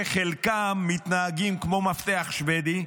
שחלקם מתנהגים כמו מפתח שבדי,